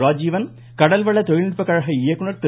ராஜீவன் கடல்வள தொழில்நுட்ப கழக இயக்குநர் திரு